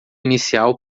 inicial